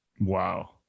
Wow